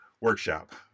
workshop